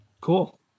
Cool